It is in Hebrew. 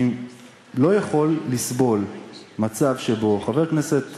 אני לא יכול לסבול מצב שבו חבר הכנסת